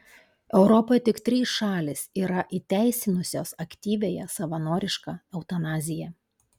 europoje tik trys šalys yra įteisinusios aktyviąją savanorišką eutanaziją